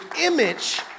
image